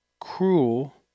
cruel